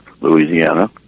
Louisiana